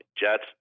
Jets